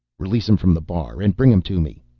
release him from the bar and bring him to me,